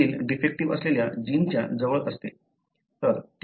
हे allele defective असलेल्या जीनच्या जवळ असते